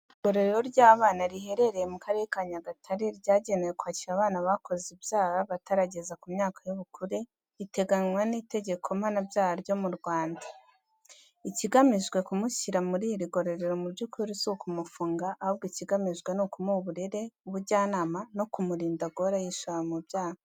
Igororero ry'abana riherereye mu Karere ka Nyagatare ryagenewe kwakira abana bakoze ibyaha batarageza ku myaka y'ubukure iteganywa n'itegeko mpanabyaha ryo mu Rwanda. Ikigamijwe kumushyira muri iri gororero mu by’ukuri si ukumufunga ahubwo ikigamijwe ni ukumuha uburere, ubujyanama no kumurinda guhora yishora mu byaha.